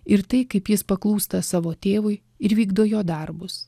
ir tai kaip jis paklūsta savo tėvui ir vykdo jo darbus